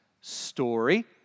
story